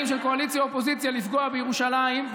של קואליציה אופוזיציה לפגוע בירושלים,